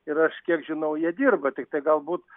ir aš kiek žinau jie dirba tiktai galbūt